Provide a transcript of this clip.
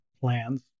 plans